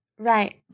Right